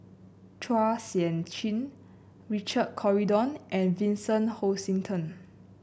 Chua Sian Chin Richard Corridon and Vincent Hoisington